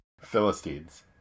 Philistines